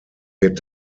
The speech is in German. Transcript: wird